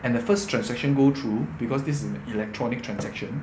and the first transaction go through because this is electronic transaction